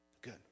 good